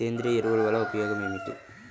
సేంద్రీయ ఎరువుల వల్ల ఉపయోగమేమిటీ?